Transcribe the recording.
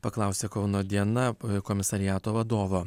paklausė kauno diena komisariato vadovo